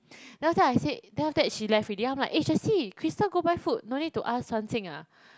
then after that I said then after that she left already I'm like eh Jessie Crystal go buy food no need to ask Quan-Qing ah